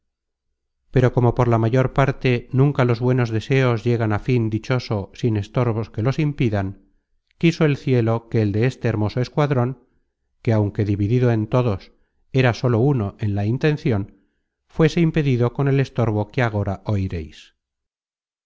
pero como por la mayor parte nunca los buenos deseos llegan á fin dichoso sin estorbos que los impidan quiso el cielo que el de este hermoso escuadron que aunque dividido en todos era sólo uno en la intencion fuese impedido con el estorbo que agora oireis